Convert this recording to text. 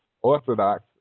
orthodox